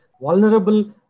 vulnerable